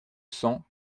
cents